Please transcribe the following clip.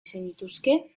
zenituzke